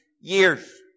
years